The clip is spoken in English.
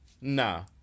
Nah